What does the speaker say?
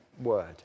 word